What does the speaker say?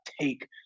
take